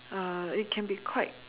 uh it can be quite